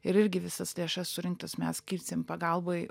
ir irgi visas lėšas surinktas mes skirsim pagalbai